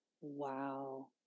Wow